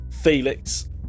Felix